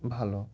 ভালো